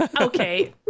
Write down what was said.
Okay